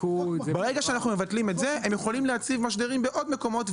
ברגע שאנחנו מבטלים את זה הם יכולים להציב משדרים בעוד מקומות,